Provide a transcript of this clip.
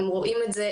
הם רואים את זה,